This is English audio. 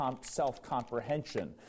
self-comprehension